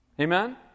amen